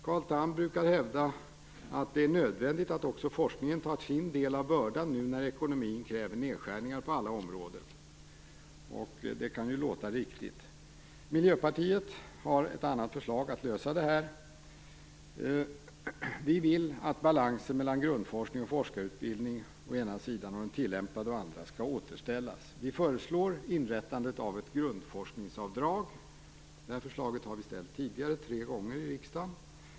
Carl Tham brukar hävda att det är nödvändigt att också forskningen tar sin del av bördan när ekonomin kräver nedskärningar på alla områden, och det kan ju låta riktigt. Miljöpartiet har ett annat förslag för att lösa detta. Vi vill att balansen skall återställas mellan grundforskning och forskarutbildning å ena sidan och den tillämpade forskningen å andra sidan. Vi förslår inrättandet av ett grundforskningsavdrag. Detta förslag har vi ställt tre gånger tidigare i riksdagen.